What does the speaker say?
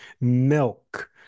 milk